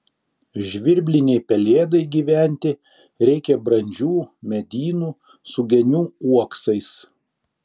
žvirblinei pelėdai gyventi reikia brandžių medynų su genių uoksais